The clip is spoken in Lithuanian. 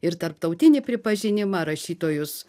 ir tarptautinį pripažinimą rašytojus